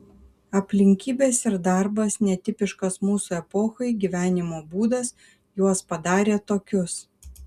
aplinkybės ir darbas netipiškas mūsų epochai gyvenimo būdas juos padarė tokius